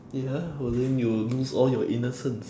ya but then you will lose all your innocence